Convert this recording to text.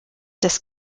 des